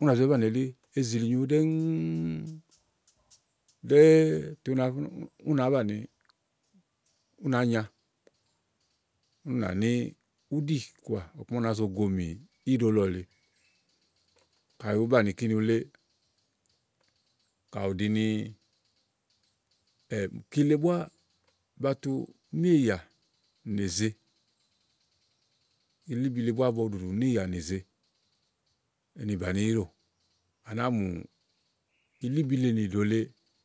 ú nà zá banìi elí ezìlìnyo ɖɛ́ŋúú, ɖɛ́ɛ tè ú nàá banìi ú nàá nya. ú nà ní úɖì kɔà ɔku màa ú náa zo gomì íɖo lɔ lèe. kayi ùú banìi kíni wulé ka ú ɖi ni kíle búá ba tu níìyà nèze. ilìbi le búá no ɖùɖù níìyà néze ni bàni íɖò à nàáa mù ilìbi le nì ɖò lèe.